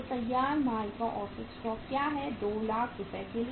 तो तैयार माल का औसत स्टॉक क्या है 2 लाख रुपये के लिए